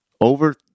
over